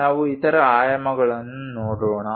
ನಾವು ಇತರ ಆಯಾಮಗಳನ್ನು ನೋಡೋಣ